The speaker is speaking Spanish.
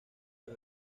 los